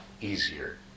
easier